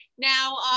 Now